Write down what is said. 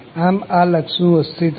આમ આ લક્ષનું અસ્તિત્વ છે